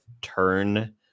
turn